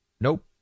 Nope